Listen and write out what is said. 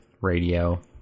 Radio